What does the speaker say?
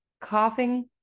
coughing